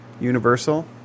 Universal